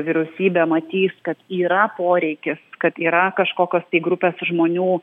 vyriausybė matys kad yra poreikis kad yra kažkokios tai grupės žmonių